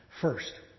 first